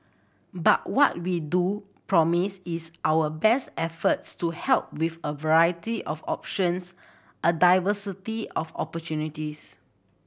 but what we do promise is our best efforts to help with a variety of options a diversity of opportunities